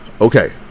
okay